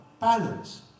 balance